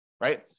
right